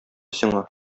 сиңа